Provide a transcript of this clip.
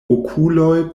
okuloj